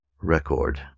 Record